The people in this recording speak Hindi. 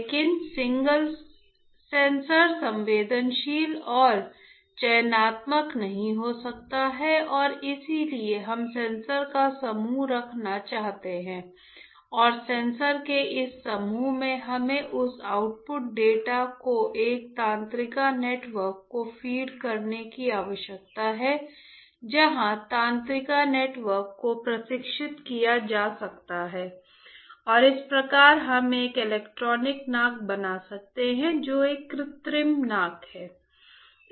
लेकिन सिंगल सेंसर संवेदनशील और चयनात्मक नहीं हो सकता है और इसलिए हम सेंसर का समूह रखना चाहते हैं और सेंसर के इस समूह को हमें उस आउटपुट डेटा को एक तंत्रिका नेटवर्क को फीड करने की आवश्यकता है चाहे तंत्रिका नेटवर्क को प्रशिक्षित किया जा सकता है और इस प्रकार हम एक इलेक्ट्रॉनिक नाक बना सकते हैं जो एक कृत्रिम नाक है